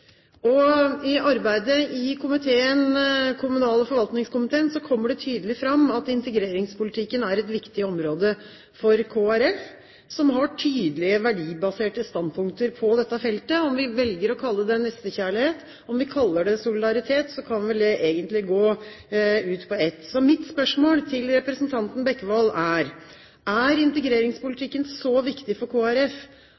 I arbeidet i kommunal- og forvaltningskomiteen kommer det tydelig fram at integreringspolitikken er et viktig område for Kristelig Folkeparti, som har tydelige verdibaserte standpunkter på dette feltet. Om vi velger å kalle det for nestekjærlighet, om vi kaller det solidaritet, kan vel det egentlig gå ut på ett. Mitt spørsmål til representanten Bekkevold er: Er